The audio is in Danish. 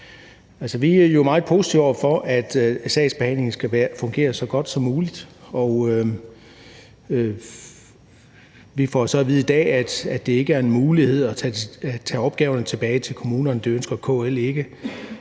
Vi er jo meget positive over for det, at sagsbehandlingen skal fungere så godt som muligt. Vi får så at vide i dag, at det ikke er en mulighed at tage opgaverne tilbage til kommunerne; det ønsker KL ikke.